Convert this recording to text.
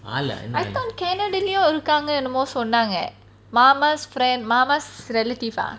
I thought canada லயும் இருக்காங்கனு என்னமோ சொன்னாங்க:laum irukaanganu ennamo sonnanga mama's friend mama's relative ah